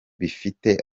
bifite